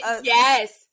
yes